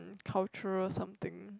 cultural something